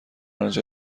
آنجا